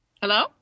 Hello